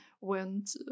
went